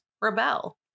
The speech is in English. rebel